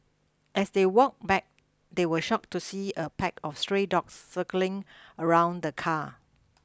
as they walked back they were shocked to see a pack of stray dogs circling around the car